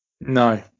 No